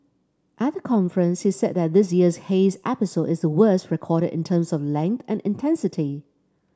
at the conference he said that this year's haze episode is the worst recorded in terms of length and intensity